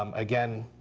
um again,